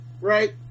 Right